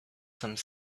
some